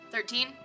Thirteen